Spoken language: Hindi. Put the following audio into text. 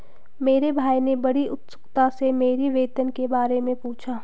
मेरे भाई ने बड़ी उत्सुकता से मेरी वेतन के बारे मे पूछा